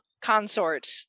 consort